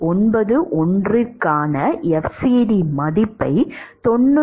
91க்கான fcd மதிப்பை 93